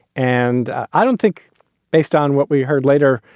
and i don't think based on what we heard later,